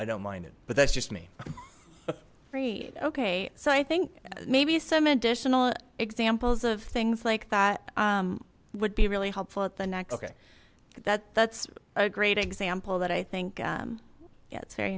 i don't mind it but that's just me okay so i think maybe some additional examples of things like that would be really helpful at the next that that's a great example that i think yeah it's very